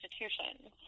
institutions